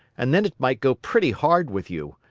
and then it might go pretty hard with you.